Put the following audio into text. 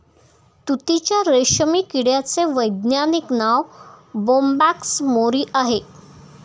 तुतीच्या रेशीम किड्याचे वैज्ञानिक नाव बोंबॅक्स मोरी आहे